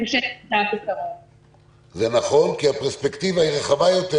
זה נכון כי הפרספקטיבה היא רחבה יותר,